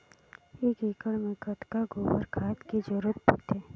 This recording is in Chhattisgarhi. एक एकड़ मे कतका गोबर खाद के जरूरत पड़थे?